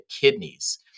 kidneys